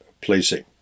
placing